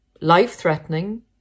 life-threatening